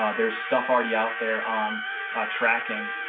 ah there is stuff already out there on tracking.